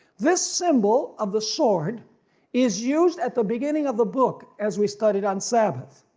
this symbol of the sword is used at the beginning of the book as we studied on sabbath.